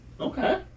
Okay